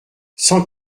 cent